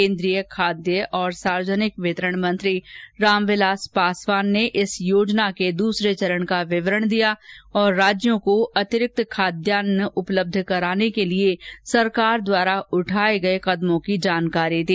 केंद्रीय खाद्य और सार्वजनिक वितरण मंत्री रामविलास पासवान ने इस योजना के दूसरे चरण का विवरण दिया और राज्यों को अतिरिक्त खाद्यान्न उपलब्ध कराने के लिए सरकार द्वारा उठाए गए कदमों की जानकारी दी